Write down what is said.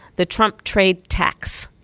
the trump trade tax.